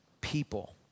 people